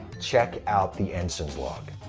check out the ensign's log!